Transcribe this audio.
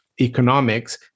economics